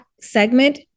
segment